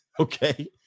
Okay